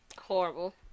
Horrible